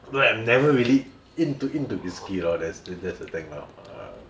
you know I'm never really into into whiskey lor that's that's the thing lor